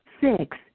six